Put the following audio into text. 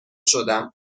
شدم